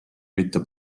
mitte